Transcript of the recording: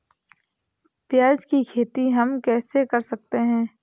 प्याज की खेती हम कैसे कर सकते हैं?